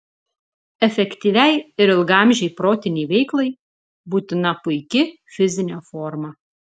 efektyviai ir ilgaamžei protinei veiklai būtina puiki fizinė forma